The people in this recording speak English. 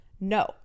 No